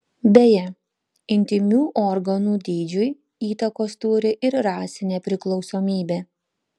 beje intymių organų dydžiui įtakos turi ir rasinė priklausomybė